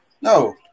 No